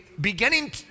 beginning